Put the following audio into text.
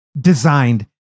designed